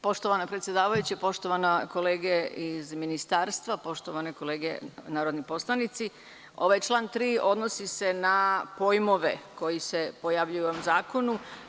Poštovana predsedavajuća, poštovane kolege iz Ministarstva, poštovane kolege narodni poslanici, ovaj član 3. odnosi se na pojmove koji se pojavljuju u ovom zakonu.